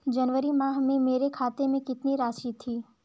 जनवरी माह में मेरे खाते में कितनी राशि थी?